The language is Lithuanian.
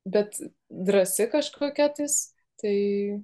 bet drąsi kažkokia tais tai